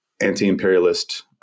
anti-imperialist